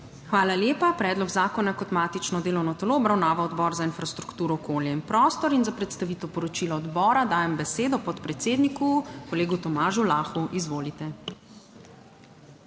Hvala lepa. Predlog zakona je kot matično delovno telo obravnaval Odbor za infrastrukturo, okolje in prostor in za predstavitev poročila odbora dajem besedo podpredsedniku kolegu Tomažu Lahu. Izvolite.